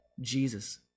Jesus